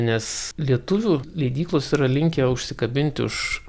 nes lietuvių leidyklos yra linkę užsikabinti už